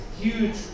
huge